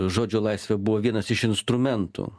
žodžio laisvė buvo vienas iš instrumentų